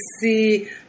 see